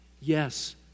yes